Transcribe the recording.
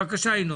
בבקשה, ינון.